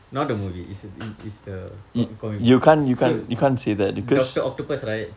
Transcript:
not the movie it's it's the co~ comic book so doctor octopus right